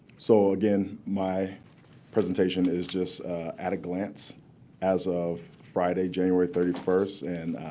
so again, my presentation is just at a glance as of friday, january thirty first. and